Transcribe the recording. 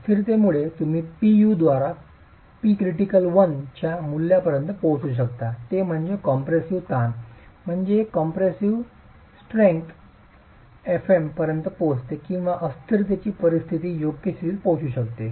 अस्थिरतेपूर्वी तुम्ही Pu द्वारा Pcritical1 च्या मूल्यापर्यंत पोहोचू शकता ते म्हणजे कम्प्रेशिव्ह ताण म्हणजे एक कंप्रेसिव्ह स्ट्रेंशन fm पर्यंत पोहोचते किंवा अस्थिरतेची परिस्थिती योग्य स्थितीत पोहोचू शकते